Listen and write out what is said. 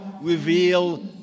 reveal